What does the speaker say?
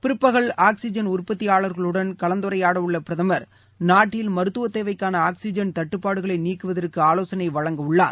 பிற்பகல் ஆக்ஸிஜன் உற்பத்தியாளர்களுடன் கலந்துரையாடவுள்ள பிரதமா் நாட்டில் மருத்துவ தேவைக்கான ஆக்ஸிஜன் தட்டுப்பாடுகளை நீக்குவதற்கு ஆலோசனை வழங்கவுள்ளார்